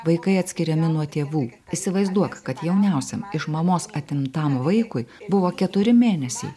vaikai atskiriami nuo tėvų įsivaizduok kad jauniausiam iš mamos atimtam vaikui buvo keturi mėnesiai